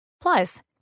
Plus